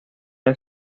del